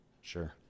Sure